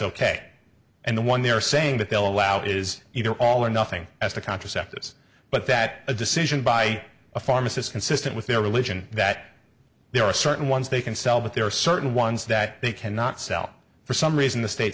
ok and the one they're saying that they'll allow is either all or nothing as to contraceptives but that a decision by a pharmacist consistent with their religion that there are certain ones they can sell but there are certain ones that they cannot sell for some reason the state